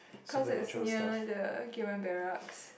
cause it's near the Gillman-Barracks